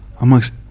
amongst